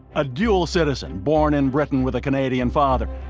a dual citizen, born in britain with a canadian father.